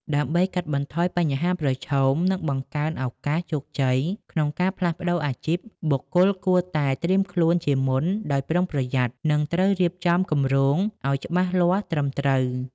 ដើម្បីកាត់បន្ថយបញ្ហាប្រឈម និងបង្កើនឱកាសជោគជ័យក្នុងការផ្លាស់ប្តូរអាជីព បុគ្គលគួរតែត្រៀមខ្លួនជាមុនដោយប្រុងប្រយ័ត្ន និងត្រូវរៀបគំរងឲ្យច្បាស់លាស់ត្រឹមត្រូវ។